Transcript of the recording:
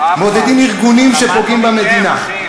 מעודדים ארגונים שפוגעים במדינה,